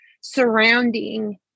surrounding